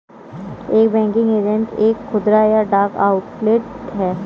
एक banking agent एक खुदरा या डाक आउटलेट है